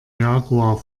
jaguar